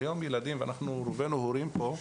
היום ילדים ואנחנו רובנו הורים פה,